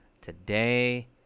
Today